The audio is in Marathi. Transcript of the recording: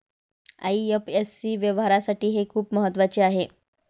आई.एफ.एस.सी व्यवहारासाठी हे खूप महत्वाचे आहे